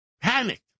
panicked